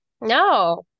No